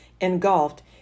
engulfed